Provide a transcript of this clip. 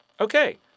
Okay